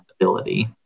ability